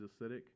acidic